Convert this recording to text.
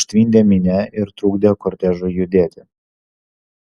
užtvindė minia ir trukdė kortežui judėti